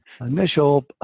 initial